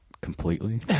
completely